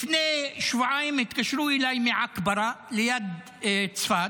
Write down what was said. לפני שבועיים התקשרו אליי מעכברה, ליד צפת,